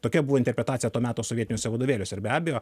tokia buvo interpretacija to meto sovietiniuose vadovėliuose ir be abejo